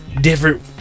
different